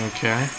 Okay